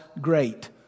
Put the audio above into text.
great